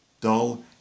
dull